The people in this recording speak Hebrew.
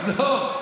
עזוב.